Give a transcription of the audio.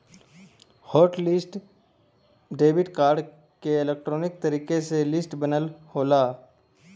hot list debit card क electronic तरीके से लिस्ट बनल होला